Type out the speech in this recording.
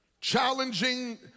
challenging